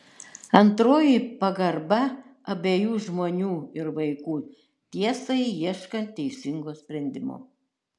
antroji pagarba abiejų žmonių ir vaikų tiesai ieškant teisingo sprendimo